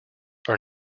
are